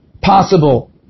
possible